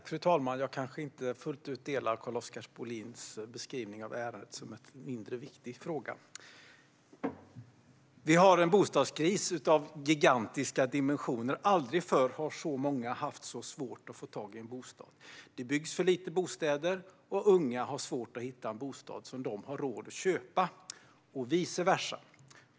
Fru talman! Jag kanske inte fullt ut håller med om Carl-Oskar Bohlins beskrivning av ärendet som en mindre viktig fråga. Vi har en bostadskris av gigantiska dimensioner. Aldrig förr har så många haft så svårt att få tag i en bostad. Det byggs för lite bostäder, och unga har svårt att hitta en bostad som de har råd att köpa.